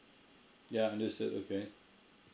yeah understood okay